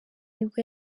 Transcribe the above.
nibwo